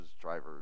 drivers